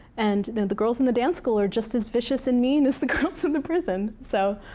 and the the girls in the dance school are just as vicious and mean as the girls in the prison. so